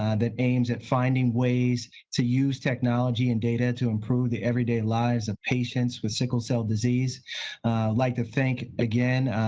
ah that aims at finding ways to use technology and data to improve the everyday lives of patients with sickle cell disease. i'd like to thank, again,